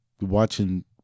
watching